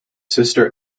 sister